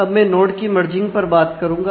अब मैं नोड की मर्जिंग पर बात करूंगा